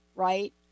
right